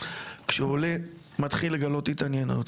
כשעולה מתחיל לגלות התעניינות,